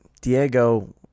Diego